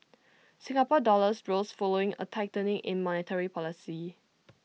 Singapore's dollar rose following A tightening in monetary policy